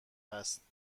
هست